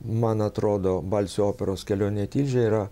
man atrodo balsio operos kelionė į tilžę yra